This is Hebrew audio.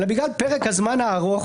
אלא בגלל פרק הזמן הארוך